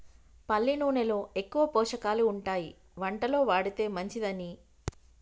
పల్లి నూనెలో ఎక్కువ పోషకాలు ఉంటాయి వంటలో వాడితే మంచిదని